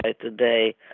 today